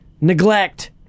neglect